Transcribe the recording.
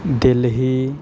Delhi